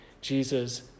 Jesus